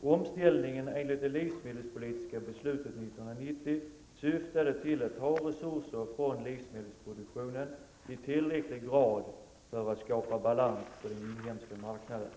Omställningen enligt det livsmedelspolitiska beslutet 1990 syftade till att ta resurser från livsmedelsproduktionen i tillräcklig grad för att skapa balans på den inhemska marknaden.